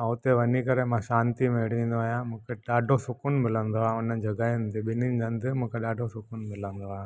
ऐं हुते वञी करे मां शांती में हेठि वेहंदो आहियां ॾाढो सुकूनु मिलंदो आहे उन जॻहियुनि ते ॿिन्हिनि हंधि ॾाढो सुकून मिलंदो आहे